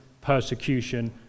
persecution